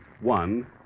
One